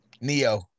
Neo